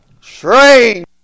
Strange